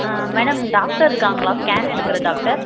madam doctor இருக்காங்களா scan எடுக்கிற doctor